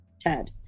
Ted